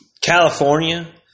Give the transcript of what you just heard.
California